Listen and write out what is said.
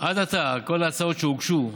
עד עתה, כל ההצעות שהוגשו,